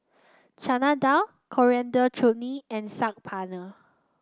Chana Dal Coriander Chutney and Saag Paneer